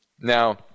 Now